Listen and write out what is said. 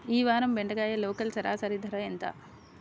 ఈ వారం బెండకాయ లోకల్ సరాసరి ధర ఎంత?